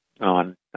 on